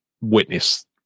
witness